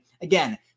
Again